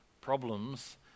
problems